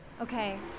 okay